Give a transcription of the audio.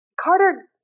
Carter